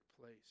place